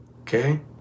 Okay